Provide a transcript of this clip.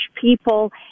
people